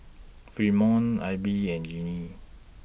Fremont Abie and Gennie